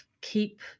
keep